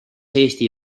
eesti